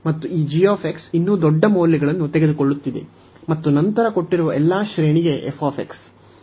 ಮತ್ತು ಈ g ಇನ್ನೂ ದೊಡ್ಡ ಮೌಲ್ಯಗಳನ್ನು ತೆಗೆದುಕೊಳ್ಳುತ್ತಿದೆ ಮತ್ತು ನಂತರ ಕೊಟ್ಟಿರುವ ಎಲ್ಲಾ ಶ್ರೇಣಿಗೆ f